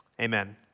Amen